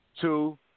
Two